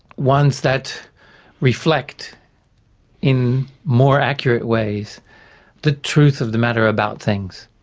ones that reflect in more accurate ways the truth of the matter about things,